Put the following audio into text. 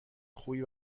خوبی